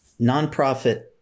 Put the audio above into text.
nonprofit